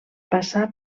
passà